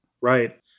Right